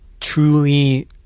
truly